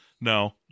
No